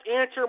answer